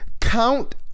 count